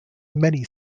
many